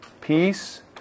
peace